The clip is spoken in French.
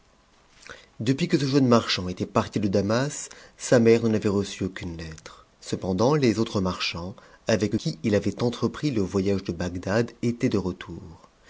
depuis que ce jeune marchand était parti de damas sa mère n'en avait reçu aucune lettre cependant les autres marchands avec qui il avait entrepris le voyage de bagdad étaient de retour